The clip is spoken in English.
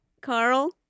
Carl